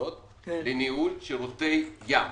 יחידות לניהול שירותי ים.